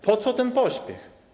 Po co ten pośpiech?